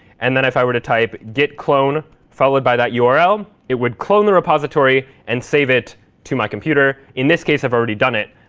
and then, if i were to type git clone followed by that url, it would clone the repository and save it to my computer. in this case, i've already done it,